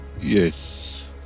Yes